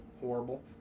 horrible